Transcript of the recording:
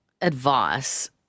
advice